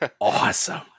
awesome